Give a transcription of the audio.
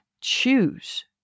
choose